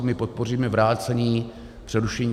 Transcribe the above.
My podpoříme vrácení, přerušení...